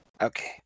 okay